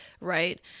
right